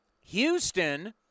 Houston